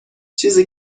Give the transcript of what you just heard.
چیزی